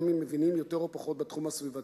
גם אם מבינים יותר או פחות בתחום הסביבתי,